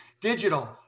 digital